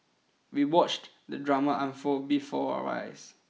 we watched the drama unfold before our eyes